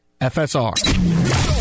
FSR